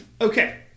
Okay